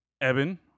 Evan